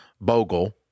Bogle